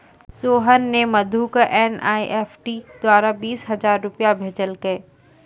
सोहन ने मधु क एन.ई.एफ.टी द्वारा बीस हजार रूपया भेजलकय